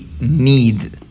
need